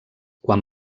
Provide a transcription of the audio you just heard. quan